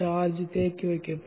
charge தேக்கிவைக்கப்படும்